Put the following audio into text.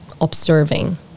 observing